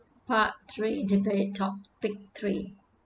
part three debate topic three